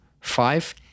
Five